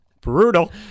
Brutal